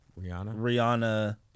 Rihanna